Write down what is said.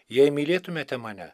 jei mylėtumėte mane